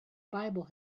bible